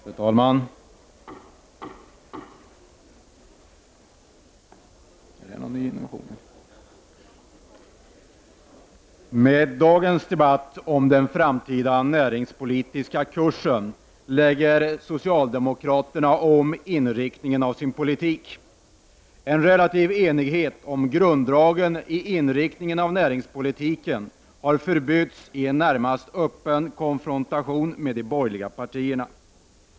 Fru talman! Med dagens debatt om den framtida näringspolitiska kursen lägger socialdemokraterna om inriktningen av sin politik. En relativ enighet om grunddragen i inriktningen av näringspolitiken har förbytts i en närmast öppen konfrontation med de borgerliga partierna.